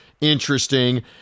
Interesting